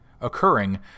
occurring